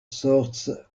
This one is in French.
soorts